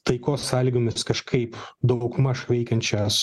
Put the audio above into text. taikos sąlygomis kažkaip daugmaž veikiančias